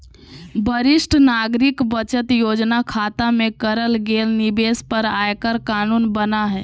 वरिष्ठ नागरिक बचत योजना खता में करल गेल निवेश पर आयकर कानून बना हइ